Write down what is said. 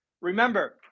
Remember